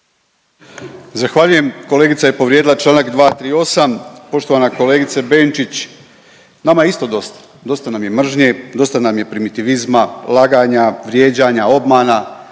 Zahvaljujem, kolegica je povrijedila čl. 238.. Poštovana kolegice Benčić, nama je isto dosta, dosta nam je mržnje, dosta nam je primitivizma, laganja, vrijeđanja, obmana